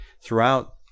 throughout